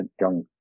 young